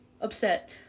upset